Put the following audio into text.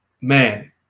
Man